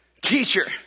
Teacher